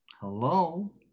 Hello